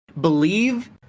believe